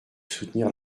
soutenir